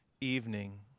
evening